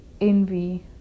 envy